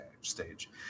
stage